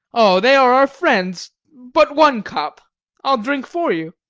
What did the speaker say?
o, they are our friends but one cup i'll drink for you.